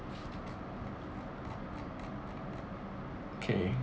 okay